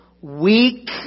weak